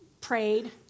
prayed